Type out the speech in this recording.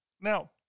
Now